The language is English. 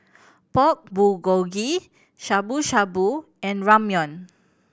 Pork Bulgogi Shabu Shabu and Ramyeon